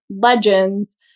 legends